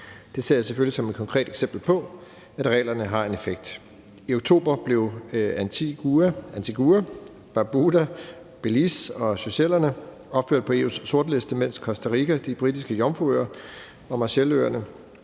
Det ser jeg selvfølgelig som et konkret eksempel på, at reglerne har en effekt. I oktober blev Antigua og Barbuda, Belize og Seychellerne opført på EU's sortliste, mens Costa Rica, De Britiske Jomfruøer og Marshalløerne